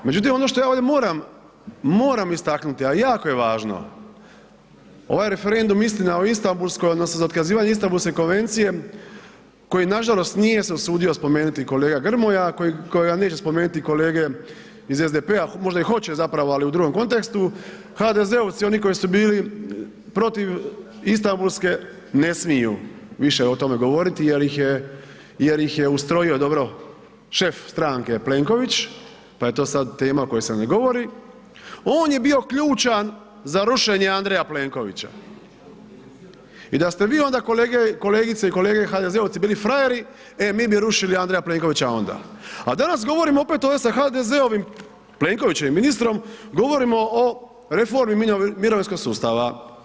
Međutim, ono što ja ovdje moram, moram istaknuti, a jako je važno, ovaj referendum istina o Istambulskoj odnosno za otkazivanje Istambulske konvencije koji nažalost nije se usudio spomenuti kolega Grmoja, a kojega neće spomenuti kolege iz SDP-a, možda i hoće zapravo, ali u drugom kontekstu, HDZ-ovci oni koji su bili protiv Istambulske, ne smiju više o tome govoriti jel ih je, jer ih je ustrojio dobro šef stranke Plenković, pa je to sad tema o kojoj se ne govori, on je bio ključan za rušenje Andreja Plenkovića i da ste vi onda kolege, kolegice i kolege HDZ-ovci bili frajeri, e mi bi rušili Andreja Plenkovića onda, a danas govorimo opet ovdje sa HDZ-ovim, Plenkovićevim ministrom, govorimo o reformi mirovinskog sustava.